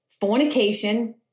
fornication